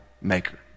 maker